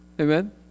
Amen